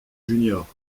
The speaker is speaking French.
juniors